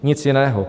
Nic jiného.